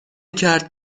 کرد